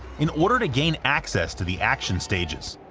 in order to gain access to the action stages,